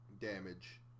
damage